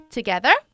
Together